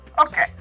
Okay